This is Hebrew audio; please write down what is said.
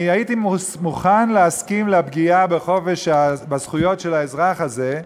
אני הייתי מוכן להסכים לפגיעה בזכויות של האזרח הזה,